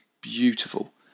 beautiful